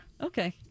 Okay